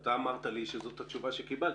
אתה אמרת לי שזו התשובה שקיבלתם.